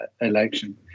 election